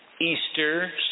Easter